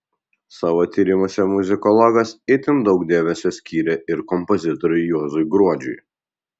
savo tyrimuose muzikologas itin daug dėmesio skyrė ir kompozitoriui juozui gruodžiui